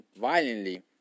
violently